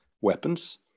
weapons